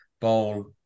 bowl